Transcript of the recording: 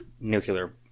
nuclear